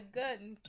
good